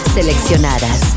Seleccionadas